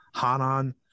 Hanan